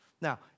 Now